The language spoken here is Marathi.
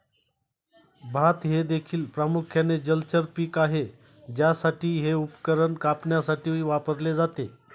भात हे देखील प्रामुख्याने जलचर पीक आहे ज्यासाठी हे उपकरण कापण्यासाठी वापरले जाते